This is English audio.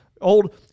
old